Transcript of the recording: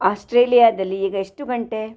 ಆಸ್ಟ್ರೇಲಿಯಾದಲ್ಲಿ ಈಗ ಎಷ್ಟು ಗಂಟೆ